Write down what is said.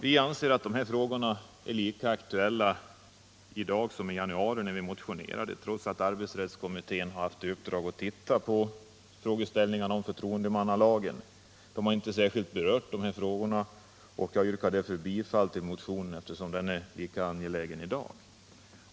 Vi anser att dessa frågor är lika aktuella i dag som i januari, när vi motionerade, trots att arbetsrättskommittén har haft i uppdrag att se på förtroendemannalagen. Kommittén har inte särskilt berört dessa frågor, och jag yrkar därför bifall till motionen 228. Den är lika angelägen i dag.